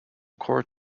court